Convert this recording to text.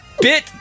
bit